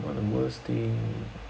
what the worst thing